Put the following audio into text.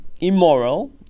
immoral